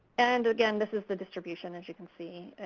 and again, this is the distribution. and you can see,